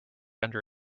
under